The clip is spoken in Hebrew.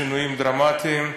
לשינויים דרמטיים.